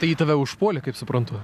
tai ji tave užpuolė kaip suprantu